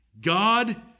God